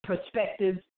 perspectives